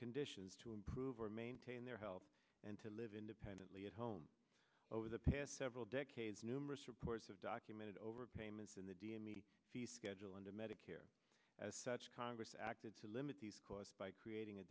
conditions to improve or maintain their health and to live independently at home over the past several decades numerous reports of documented over payments in the d m v the schedule under medicare as such congress acted to limit these costs by creating a